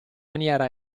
maniera